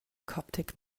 coptic